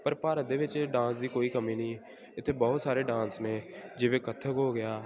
ਪਰ ਭਾਰਤ ਦੇ ਵਿੱਚ ਡਾਂਸ ਦੀ ਕੋਈ ਕਮੀ ਨਹੀਂ ਇੱਥੇ ਬਹੁਤ ਸਾਰੇ ਡਾਂਸ ਨੇ ਜਿਵੇਂ ਕੱਥਕ ਹੋ ਗਿਆ